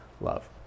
love